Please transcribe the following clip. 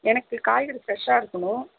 எனக்கு காய்கறி பிரெஷ்ஷாக இருக்கணும்